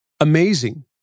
amazing